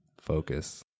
focus